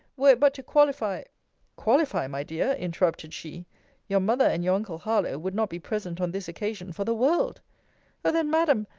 were it but to qualify qualify, my dear, interrupted she your mother, and your uncle harlowe would not be present on this occasion for the world o then, madam,